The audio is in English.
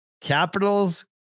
Capitals